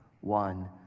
one